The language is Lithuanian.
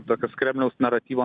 tokios kremliaus naratyvo